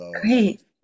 Great